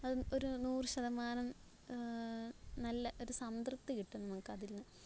അത് ഒരു നൂറ് ശതമാനം നല്ല ഒരു സംതൃപ്തി കിട്ടും നമുക്ക് അതില്നിന്ന്